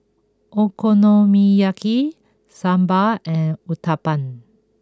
Okonomiyaki Sambar and Uthapam